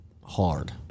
hard